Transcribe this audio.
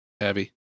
Abby